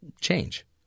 change